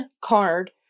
card